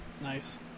Nice